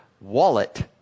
Wallet